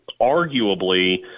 arguably